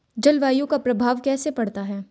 जलवायु का प्रभाव कैसे पड़ता है?